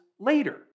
later